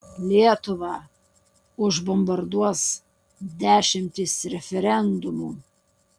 lietuvą užbombarduos dešimtys referendumų